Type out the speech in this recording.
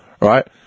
right